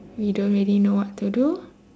we don't really know what to do